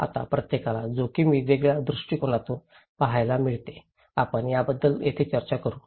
आता प्रत्येकाला जोखिम वेगवेगळ्या दृष्टीकोनातून पाहायला मिळते आपण याबद्दल येथे चर्चा करू